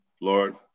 Lord